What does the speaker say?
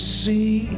see